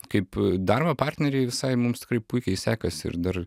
kaip darbo partneriai visai mums tikrai puikiai sekasi ir dar